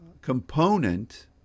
component